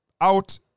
out